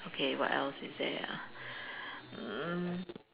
okay what else is there uh mm